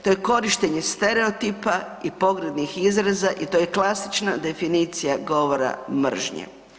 To je korištenje stereotipa i pogrdnih izraza i to je klasična definicija govora mržnje.